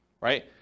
right